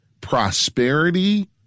prosperity